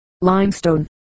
Limestone